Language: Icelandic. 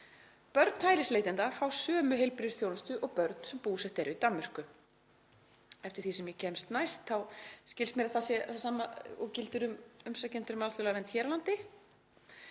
Börn hælisleitenda fá sömu heilbrigðisþjónustu og börn sem búsett eru Danmörku. Eftir því sem ég kemst næst skilst mér að það sé það sama og gildi um umsækjendur um alþjóðlega vernd hér á landi.